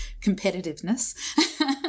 competitiveness